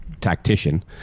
tactician